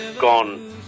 gone